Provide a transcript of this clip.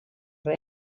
res